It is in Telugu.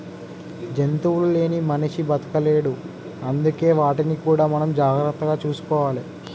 జంతువులు లేని మనిషి బతకలేడు అందుకే వాటిని కూడా మనం జాగ్రత్తగా చూసుకోవాలి